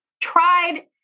tried